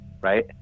right